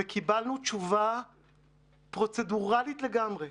וקיבלנו תשובה פרוצדורלית לגמרי.